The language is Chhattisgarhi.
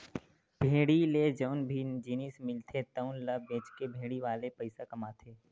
भेड़ी ले जउन भी जिनिस मिलथे तउन ल बेचके भेड़ी वाले पइसा कमाथे